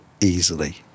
easily